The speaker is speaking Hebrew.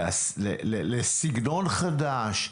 לסגנון חדש,